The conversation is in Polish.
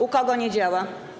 U kogo nie działa?